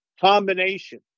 combination